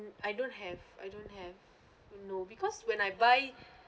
I don't have I don't have no because when I buy